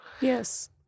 Yes